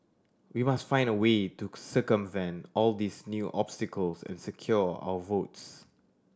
we must find a way to circumvent all these new obstacles and secure our votes